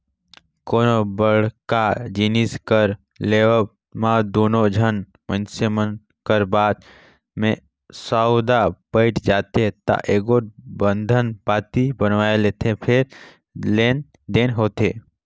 कोनो बड़का जिनिस कर लेवब म दूनो झन मइनसे मन कर बात में सउदा पइट जाथे ता एगोट बंधन पाती बनवाए लेथें फेर लेन देन होथे